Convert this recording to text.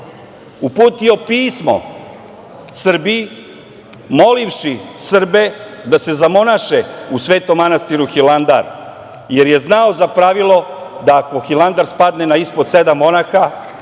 uputio pismo Srbiji molivši Srbe da se zamonaše u Svetom manastiru Hilandar, jer je znao za pravilo da ako Hilandar spadne na ispod sedam monaha